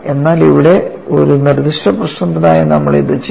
എന്നാൽ ഇവിടെ ഒരു നിർദ്ദിഷ്ട പ്രശ്നത്തിനായി നമ്മൾ ഇത് ചെയ്തു